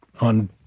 on